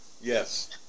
Yes